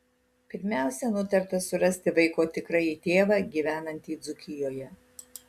pirmiausia nutarta surasti vaiko tikrąjį tėvą gyvenantį dzūkijoje